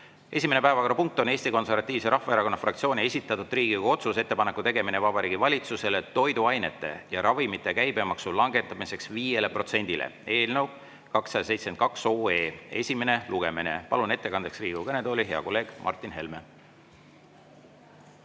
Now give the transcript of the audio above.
Esimene päevakorrapunkt on Eesti Konservatiivse Rahvaerakonna fraktsiooni esitatud Riigikogu otsuse "Ettepaneku tegemine Vabariigi Valitsusele toiduainete ja ravimite käibemaksu langetamiseks 5‑le protsendile" eelnõu 272 esimene lugemine. Palun ettekandeks Riigikogu kõnetooli hea kolleegi Martin Helme.